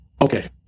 Okay